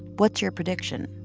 what's your prediction?